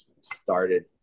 started